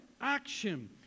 Action